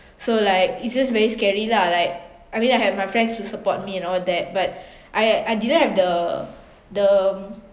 so like it's just very scary lah like I mean I had my friends to support me and all that but I I didn't have the the